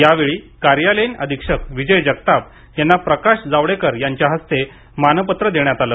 यावेळी कार्यालयीन अधीक्षक विजय जगताप यांना प्रकाश जावडेकर यांच्या हस्ते मानपत्र देण्यात आले